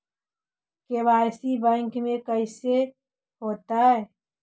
KYC bank में कैसे होतै?